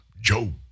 Joe